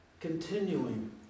continuing